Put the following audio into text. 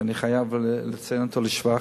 שאני חייב לציין אותו לשבח,